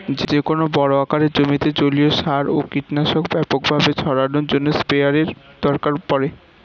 যেকোনো বড় আকারের জমিতে জলীয় সার ও কীটনাশক ব্যাপকভাবে ছড়ানোর জন্য স্প্রেয়ারের দরকার পড়ে